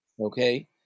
okay